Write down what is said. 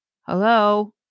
Hello